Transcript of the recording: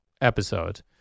episode